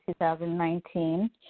2019